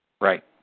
Right